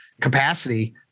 capacity